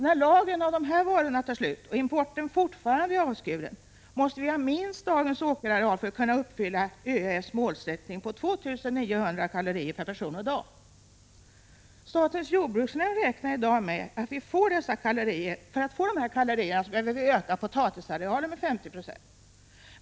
När lagren av dessa varor tar slut och importen fortfarande är avskuren, måste vi ha minst dagens åkerareal kvar för att kunna uppfylla ÖEF:s målsättning på 2 900 kcal per person och dag. Statens jordbruksnämnd räknar i dag med att vi för att få dessa kalorier behöver öka potatisarealen med 50 26.